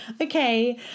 Okay